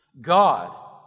God